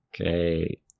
Okay